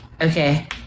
Okay